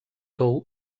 tou